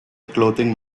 clothing